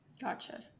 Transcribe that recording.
gotcha